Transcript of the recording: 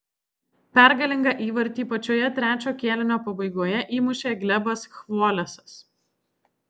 pergalingą įvartį pačioje trečio kėlinio pabaigoje įmušė glebas chvolesas